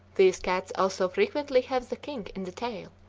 these cats also frequently have the kink in the tail,